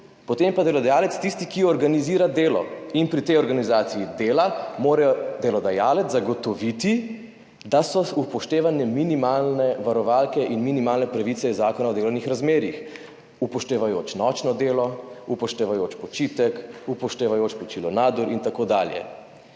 potem pa je delodajalec tisti, ki organizira delo. Pri tej organizaciji dela mora delodajalec zagotoviti, da so upoštevane minimalne varovalke in minimalne pravice iz Zakona o delovnih razmerjih, upoštevajoč nočno delo, upoštevajoč počitek, upoštevajoč plačilo nadur in tako dalje.